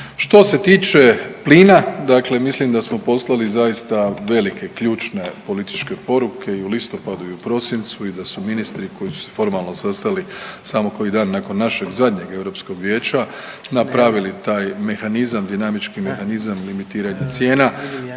Što se tiče plina, dakle mislim da smo poslali zaista velike i ključne političke poruke i u listopadu i u prosincu i da su ministri koji su se formalno sastali samo koji dan nakon našeg zadnjeg Europskog vijeća napravili taj mehanizam, dinamički mehanizam limitiranja cijena